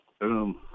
boom